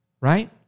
right